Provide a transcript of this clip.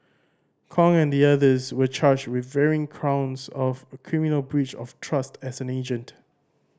Kong and the others were charged with varying counts of criminal breach of trust as an agent